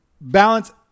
balance